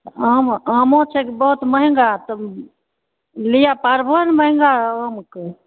आम आमो छै बहुत महँगा तऽ लिअ पारबहो ने महङ्गा आमके